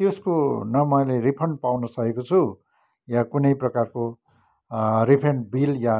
त्यसको न मैले रिफन्ड पाउँन सकेको छु या कुनै प्रकारको रिफन्ड बिल या